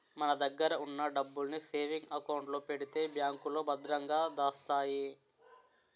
మన దగ్గర ఉన్న డబ్బుల్ని సేవింగ్ అకౌంట్ లో పెడితే బ్యాంకులో భద్రంగా దాస్తాయి